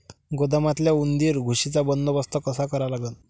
गोदामातल्या उंदीर, घुशीचा बंदोबस्त कसा करा लागन?